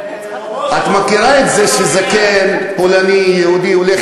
את מכירה את זה שזקן פולני יהודי הולך